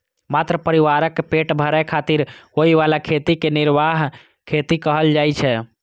मात्र परिवारक पेट भरै खातिर होइ बला खेती कें निर्वाह खेती कहल जाइ छै